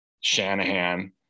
shanahan